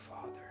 Father